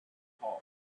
hall